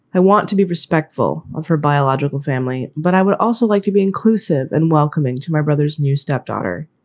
i want to be respectful of her biological family, but i would also like to be inclusive and welcoming to my brother's new stepdaughter.